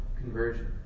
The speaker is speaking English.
conversion